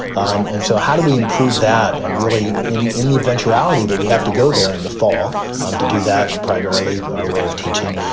um and so how do we improve that? and really, in in the eventuality that we have to go there in the fall um to do that, primarily our way of teaching,